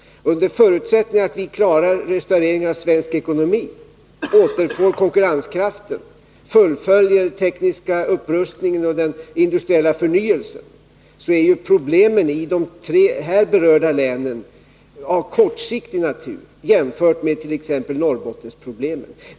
Under förutsättning att vi klarar restaureringen av svensk ekonomi, återfår konkurrenskraften, fullföljer den tekniska upprustningen och den industriella förnyelsen är problemen i de tre här berörda länen av kortsiktig natur i jämförelse med t.ex. Norrbottenproblemen.